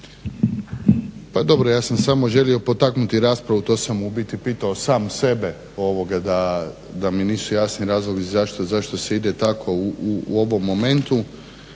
Pa dobro, ja sam samo želio potaknuti raspravu, to sam ubiti pitao sam sebe da mi nisu jasni razlozi zašto se ide tako u ovom momentu.